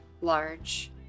large